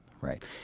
Right